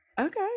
Okay